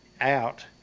out